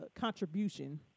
contribution